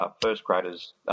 first-graders